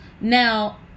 Now